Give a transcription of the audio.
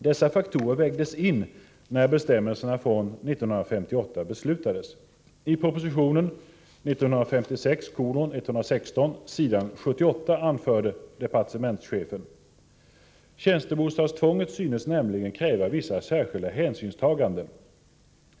Dessa faktorer vägdes in när bestämmelserna från 1958 beslutades. I proposition 1956:116 s. 78 anförde departementschefen: ”Tjänstebostadstvånget synes nämligen kräva vissa särskilda hänsynstaganden vid hyressättningen.